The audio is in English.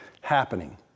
happening